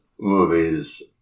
movies